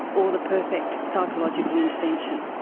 or the perfect psychological intervention.